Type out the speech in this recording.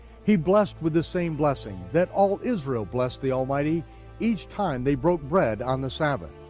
he blessed with the same blessing that all israel blessed the almighty each time they broke bread on the sabbath,